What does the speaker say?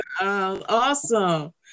Awesome